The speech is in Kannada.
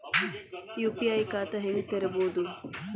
ಯು.ಪಿ.ಐ ಖಾತಾ ಹೆಂಗ್ ತೆರೇಬೋದು?